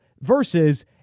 versus